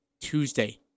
Tuesday